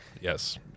Yes